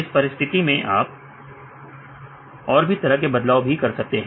इस परिस्थिति में आप और भी तरह के बदलाव भी कर सकते हैं